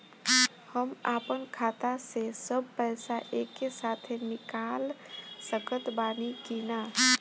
हम आपन खाता से सब पैसा एके साथे निकाल सकत बानी की ना?